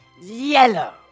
Yellow